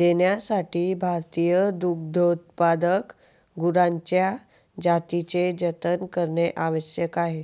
देण्यासाठी भारतीय दुग्धोत्पादक गुरांच्या जातींचे जतन करणे आवश्यक आहे